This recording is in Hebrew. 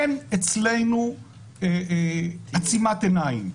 אין אצלנו עצימת עיניים,